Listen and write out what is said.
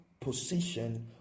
position